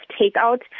takeout